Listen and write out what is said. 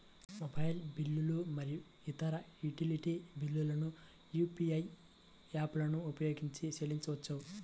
mobile బిల్లులు మరియు ఇతర యుటిలిటీ బిల్లులను యూ.పీ.ఐ యాప్లను ఉపయోగించి చెల్లించవచ్చు